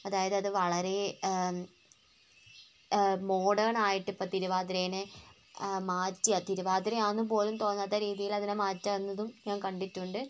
അതായത് അത് വളരെ മോഡേണായിട്ട് ഇപ്പോള് തിരുവാതിരയെ മാറ്റി ആ തിരുവാതിരയാണെന്നുപോലും തോന്നാത്ത രീതിയിലതിനെ മാറ്റുന്നതും ഞാന് കണ്ടിട്ടുണ്ട്